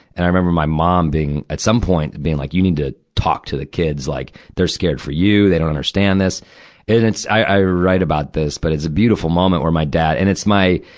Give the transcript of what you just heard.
and i remember my mom being, at some point, being like, you need to talk to the kids. like, they're scared for you. they don't understand this. and it's, i wrote about this, but it's a beautiful moment where my dad and it's my,